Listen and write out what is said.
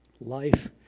life